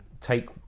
take